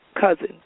cousin